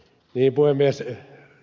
näihin ed